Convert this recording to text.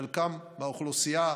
חלקם באוכלוסייה,